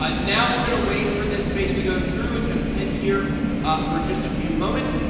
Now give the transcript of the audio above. but now, we're going to wait for this to basically go through. it's going to pend here for just a few moments.